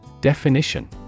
Definition